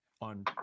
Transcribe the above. on